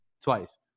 twice